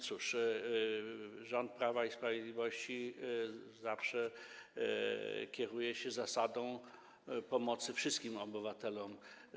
Cóż, rząd Prawa i Sprawiedliwości zawsze kieruje się zasadą pomocy wszystkim obywatelom.